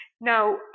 Now